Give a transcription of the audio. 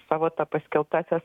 savo ta paskelbtąsias